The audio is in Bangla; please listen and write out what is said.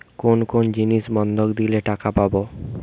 কোন কোন জিনিস বন্ধক দিলে টাকা পাব?